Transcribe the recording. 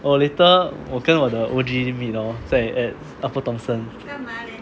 oh later 我跟我的 O_G meet 在 at upper thomson